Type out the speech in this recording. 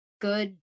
good